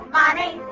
money